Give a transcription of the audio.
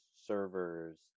servers